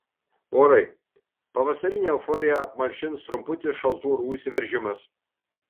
orai pavasarinę euforiją apmalšins trumputis šaltų orų įsiveržimas